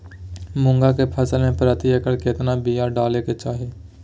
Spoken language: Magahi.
मूंग की फसल में प्रति एकड़ कितना बिया डाले के चाही?